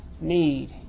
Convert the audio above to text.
need